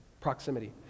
proximity